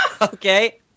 okay